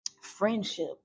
friendship